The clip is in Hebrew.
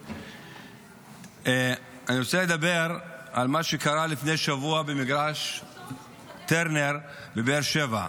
אני רוצה לדבר על מה שקרה לפני שבוע במגרש טרנר בבאר שבע: